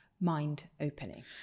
mind-opening